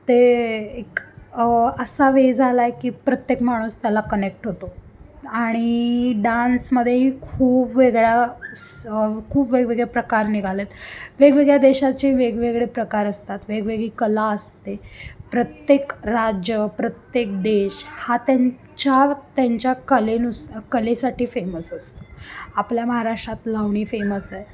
ते एक असा वे झाला आहे की प्रत्येक माणूस त्याला कनेक्ट होतो आणि डान्समध्येही खूप वेगळ्या स खूप वेगवेगळे प्रकार निघालेत वेगवेगळ्या देशाचे वेगवेगळे प्रकार असतात वेगवेगळी कला असते प्रत्येक राज्य प्रत्येक देश हा त्यांच्या त्यांच्या कलेनुस कलेसाठी फेमस असतो आपल्या महाराष्ट्रात लावणी फेमस आहे